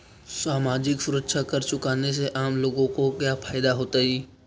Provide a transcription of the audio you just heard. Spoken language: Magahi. सामाजिक सुरक्षा कर चुकाने से आम लोगों को क्या फायदा होतइ